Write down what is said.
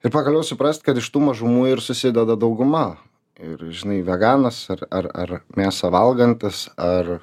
ir pagaliau suprast kad iš tų mažumų ir susideda dauguma ir žinai veganas ar ar ar mėsą valgantis ar